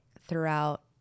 throughout